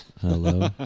Hello